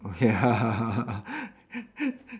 ya